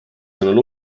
sõnul